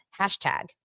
Hashtag